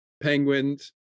Penguins